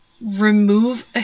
remove